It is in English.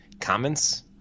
comments